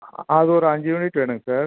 ஆ அது ஒரு அஞ்சு யூனிட் வேணுங்க சார்